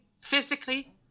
physically